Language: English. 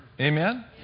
Amen